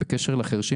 בקשר לשאלת החירשים